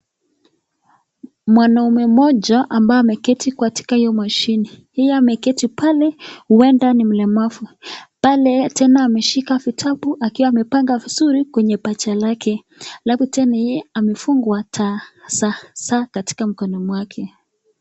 Mwanaume mmoja ameketi katika hiyo mashini pia ameketi pale huenda ni mlemavu, pale tena ameshika kitabu akiwa amepanga vizuri kwenye paja lake alafu tena yeye amefungwa saa katika mkono mwake.